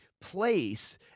place